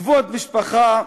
כבוד המשפחה,